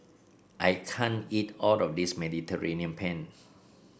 I can't eat all of this Mediterranean Penne